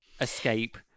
escape